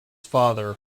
father